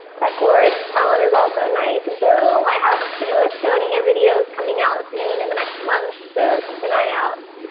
tech lords talent is also nice. and boom. i have to estonia videos coming out soon in the next month. so keep an eye out.